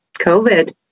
COVID